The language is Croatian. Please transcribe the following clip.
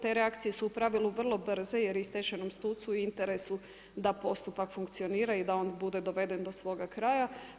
Te reakcije su u pravilu vrlo brzo, jer je i stečajnom sucu je u interesu da postupak funkcionira i da on bude doveden do svoga kraja.